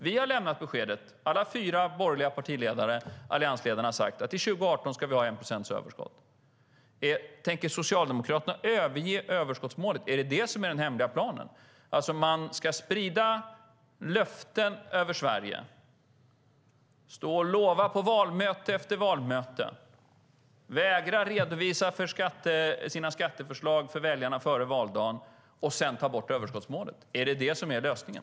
Vi har lämnat beskedet, alla fyra alliansledarna har sagt, att till 2018 ska vi ha 1 procents överskott. Tänker Socialdemokraterna överge överskottsmålet? Är det den hemliga planen? Man ska alltså sprida löften över Sverige, stå och lova på valmöte efter valmöte, vägra redovisa sina skatteförslag för väljarna före valdagen och sedan ta bort överskottsmålet. Är det lösningen?